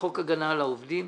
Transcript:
חוק הגנה על העובדים